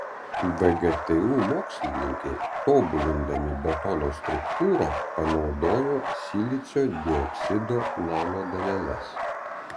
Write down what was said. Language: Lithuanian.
vgtu mokslininkai tobulindami betono struktūrą panaudojo silicio dioksido nanodaleles